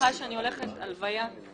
סליחה שאני הולכת, יש הלוויה.